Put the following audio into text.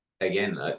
again